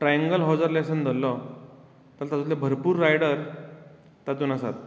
triangle हो जर lesson धरलो तर तातंले भरपूर रायडर तातूंत आसात